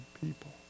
people